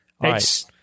Right